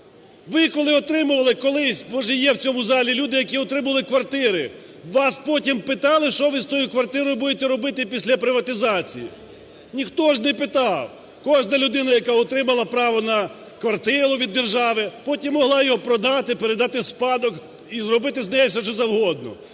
Ви, коли отримували колись, може є в цьому залі люди, які отримували квартири, у вас потім питали, що ви з тою квартирою будете робити після приватизації? Ніхто ж не питав. Кожна людина, яка отримала право на квартиру від держави, потім могла її продати, передати в спадок і зробити з нею все що завгодно.